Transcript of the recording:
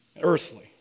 earthly